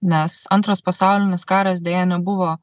nes antras pasaulinis karas deja nebuvo